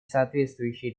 соответствующие